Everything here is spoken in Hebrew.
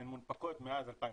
הן מונפקות מאז 2013,